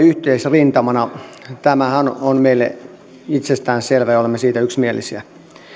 yhteisrintamana tämähän on meille itsestään selvää ja olemme siitä yksimielisiä